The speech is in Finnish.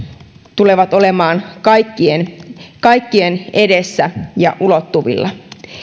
tulevat olemaan kaikkien kaikkien edessä ja ulottuvilla